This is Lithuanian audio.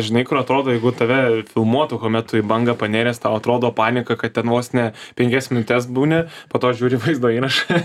žinai kur atrodo jeigu tave filmuotų kuomet tu į bangą panėręs tau atrodo panika kad ten vos ne penkias minutes būni po to žiūri vaizdo įrašą